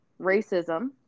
racism